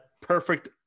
perfect